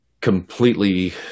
completely